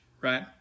right